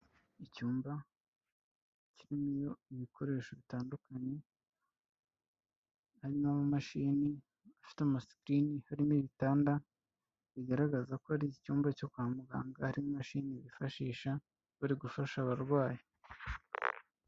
Icyumba kirimo ibikoresho bitandukanye, harimo amamashini afite ama screen, harimo ibitanda bigaragaza ko ari icyumba cyo kwa muganga, hari imashini bifashisha bari gufasha abarwayi.